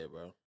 bro